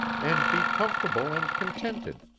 and be comfortable and contented,